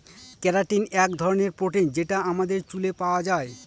keratin এক ধরনের protein যেটা আমাদের চুলে পাওয়া যায়